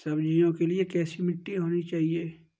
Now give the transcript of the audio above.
सब्जियों के लिए कैसी मिट्टी होनी चाहिए?